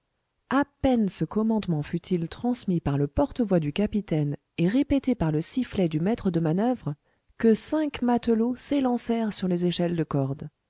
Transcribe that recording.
a peine ce commandement fut-il transmis par le porte-voix du capitaine et répété par le sifflet du maître de manoeuvres que cinq matelots s'élancèrent sur les échelles de corde